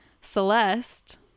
Celeste